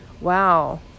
wow